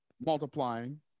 multiplying